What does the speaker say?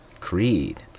Creed